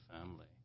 family